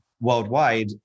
worldwide